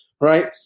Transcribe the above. right